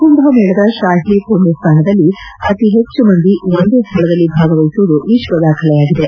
ಕುಂಭ ಮೇಳದ ಶಾಹಿ ಪುಣ್ಯಸ್ನಾನದಲ್ಲಿ ಅತಿ ಹೆಚ್ಚು ಮಂದಿ ಒಂದೇ ಸ್ಥಳದಲ್ಲಿ ಭಾಗವಹಿಸುವುದು ವಿಶ್ವದಾಖಲೆಯಾಗಿದೆ